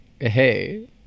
Hey